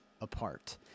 apart